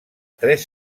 tres